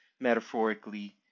metaphorically